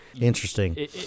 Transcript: interesting